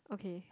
okay